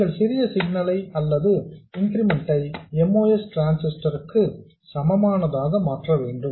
நீங்கள் சிறிய சிக்னல் ஐ அல்லது இன்கிரிமெண்ட் ஐ MOS டிரான்சிஸ்டர் க்கு சமமானதாக மாற்ற வேண்டும்